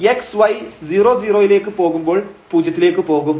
കാരണം x y 00ലേക്ക് പോകുമ്പോൾ പൂജ്യത്തിലേക്ക് പോകും